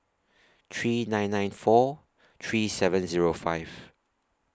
three nine nine four three seven Zero five